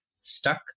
stuck